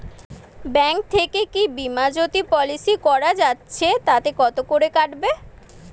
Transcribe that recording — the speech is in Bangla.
ব্যাঙ্ক থেকে কী বিমাজোতি পলিসি করা যাচ্ছে তাতে কত করে কাটবে?